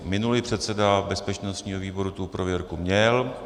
Minulý předseda bezpečnostního výboru tu prověrku měl.